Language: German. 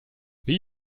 wie